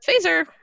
phaser